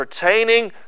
pertaining